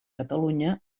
catalunya